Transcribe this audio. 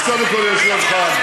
אז קודם כול יש יום חג,